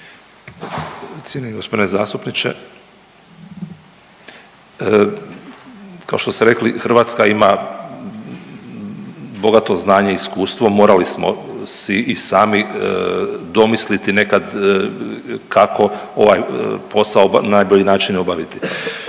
Cijenjeni g. zastupniče, kao što ste rekli Hrvatska ima bogato znanje i iskustvo. Morali smo si i sami domisliti nekad kako ovaj posao na najbolji način obaviti.